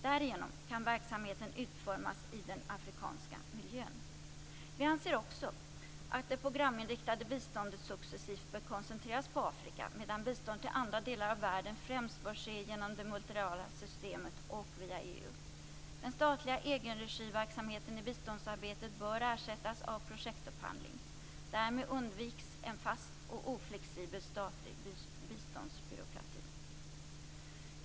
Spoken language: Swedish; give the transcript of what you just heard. Därigenom kan verksamheten utformas i den afrikanska miljön. Vi anser också att det programinriktade biståndet successivt bör koncentreras på Afrika, medan bistånd till andra delar av världen främst bör ske genom det multilaterala systemet och via EU. Den statliga egenregiverksamheten i biståndsarbetet bör ersättas av projektupphandling. Därmed undviks en fast och oflexibel statlig biståndsbyråkrati.